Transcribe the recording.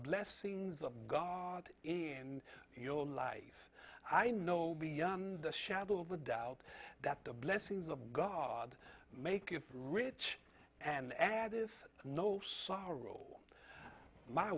blessings of god in your life i know beyond the shadow of a doubt that the blessings of god make you rich and add this no sorrow my